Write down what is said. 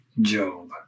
Job